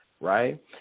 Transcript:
right